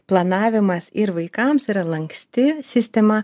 planavimas ir vaikams yra lanksti sistema